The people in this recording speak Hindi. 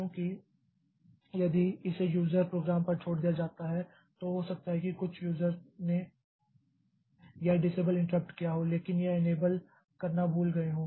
क्योंकि यदि इसे यूज़र प्रोग्राम पर छोड़ दिया जाता है तो हो सकता है कि कुछ यूज़र ने यह डिसेबल इंट्रप्ट किया हो लेकिन यह एनेबल करना भूल गये हो